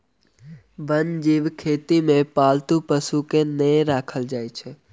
वन्य जीव खेती मे पालतू पशु के नै राखल जाइत छै